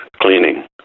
cleaning